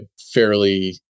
fairly